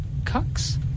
cucks